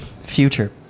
future